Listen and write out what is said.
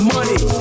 Money